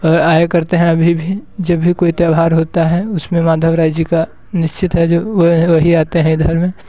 और आया करते हैं अभी भी जब भी कोई त्योहार होता है उसमें माधव राय जी का निश्चित है जो वे है वही आते हैं इधर में